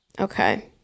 Okay